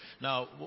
Now